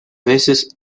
veces